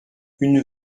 une